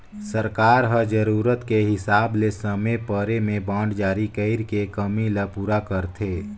सरकार ह जरूरत के हिसाब ले समे परे में बांड जारी कइर के कमी ल पूरा करथे